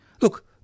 Look